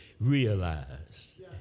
realized